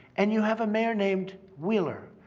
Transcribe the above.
and you have a mayor named wheeler,